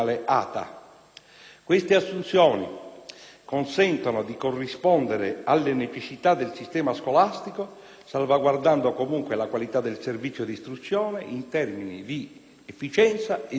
Queste assunzioni consentono di corrispondere alle necessità del sistema scolastico salvaguardando, comunque, la qualità del servizio d'istruzione in termini di efficienza ed efficacia.